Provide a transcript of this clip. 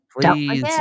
Please